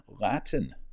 Latin